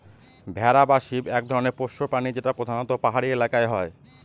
ভেড়া বা শিপ এক ধরনের পোষ্য প্রাণী যেটা প্রধানত পাহাড়ি এলাকায় হয়